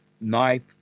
knife